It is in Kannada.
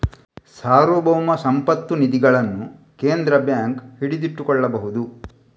ಸಾರ್ವಭೌಮ ಸಂಪತ್ತು ನಿಧಿಗಳನ್ನು ಕೇಂದ್ರ ಬ್ಯಾಂಕ್ ಹಿಡಿದಿಟ್ಟುಕೊಳ್ಳಬಹುದು